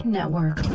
Network